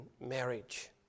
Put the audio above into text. marriage